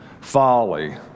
folly